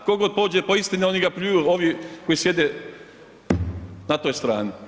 Tko god pođe po istini, oni ga pljuju, ovi koji sjede na toj strani.